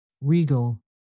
regal